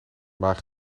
maar